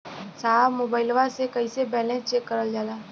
साहब मोबइलवा से कईसे बैलेंस चेक करल जाला?